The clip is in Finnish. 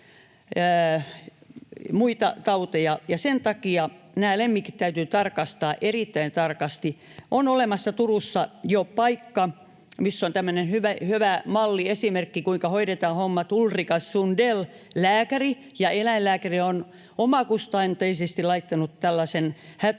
sen takia nämä lemmikit täytyy tarkastaa erittäin tarkasti. On olemassa Turussa jo paikka, missä on tämmöinen hyvä malliesimerkki, kuinka hoidetaan hommat. Ulriika Sundell, lääkäri ja eläinlääkäri, on omakustanteisesti laittanut tällaisen